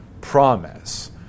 promise